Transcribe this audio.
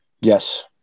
Yes